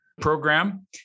program